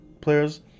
players